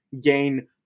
gain